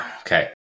okay